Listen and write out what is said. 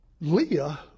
Leah